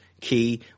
key